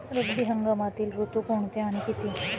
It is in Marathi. रब्बी हंगामातील ऋतू कोणते आणि किती?